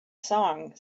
song